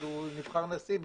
עם